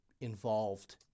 involved